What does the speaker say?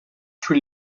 tous